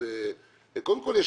קודם כל,